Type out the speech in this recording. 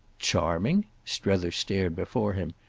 charming? strether stared before him.